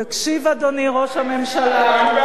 תקשיב, אדוני ראש הממשלה,